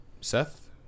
Seth